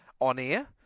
on-air